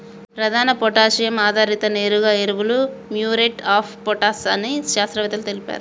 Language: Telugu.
ప్రధాన పొటాషియం ఆధారిత నేరుగా ఎరువులు మ్యూరేట్ ఆఫ్ పొటాష్ అని శాస్త్రవేత్తలు తెలిపారు